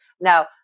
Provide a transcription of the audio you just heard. Now